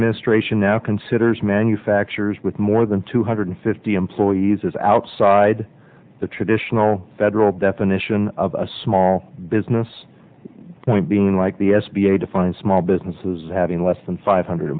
administration now considers manufacturers with more than two hundred fifty employees is outside the traditional federal definition of a small business point being like the s b a defines small businesses having less than five hundred